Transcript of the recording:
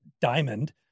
Diamond